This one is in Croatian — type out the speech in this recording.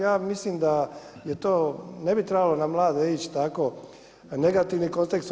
Ja mislim da to ne bi trebalo na mlade ići tako negativnim kontekstom.